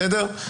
בסדר?